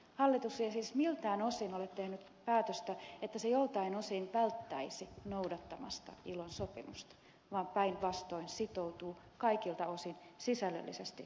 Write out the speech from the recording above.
hallitus ei siis miltään osin ole tehnyt päätöstä että se joltain osin välttäisi noudattamasta ilon sopimusta vaan päinvastoin sitoutuu kaikilta osin sisällöllisesti sen täyttämään